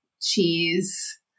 cheese